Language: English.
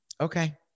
Okay